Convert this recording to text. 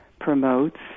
promotes